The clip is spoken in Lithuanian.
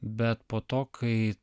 bet po to kai